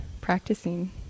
practicing